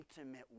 intimate